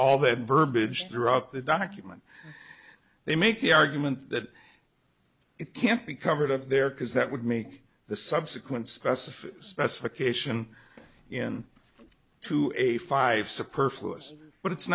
all that verbiage throughout the document they make the argument that it can't be covered up there because that would make the subsequent specif specification in to a five support for us but it's